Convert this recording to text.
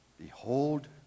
behold